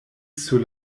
sur